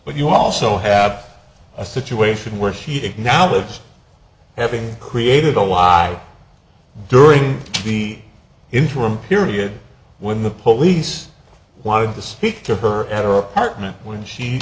but you also have a situation where she acknowledged having created a why during the interim period when the police wanted to speak to her at her apartment when she